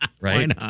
right